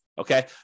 Okay